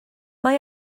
mae